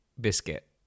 biscuit